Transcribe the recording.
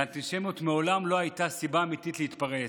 "לאנטישמיות מעולם לא הייתה סיבה אמיתית להתפרץ,